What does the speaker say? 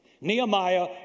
Nehemiah